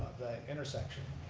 intersection.